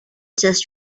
just